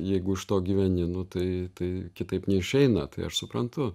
jeigu iš to gyveni nu tai tai kitaip neišeina tai aš suprantu